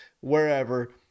wherever